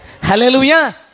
Hallelujah